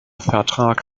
vertrag